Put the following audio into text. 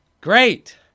great